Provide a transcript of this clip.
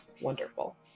Wonderful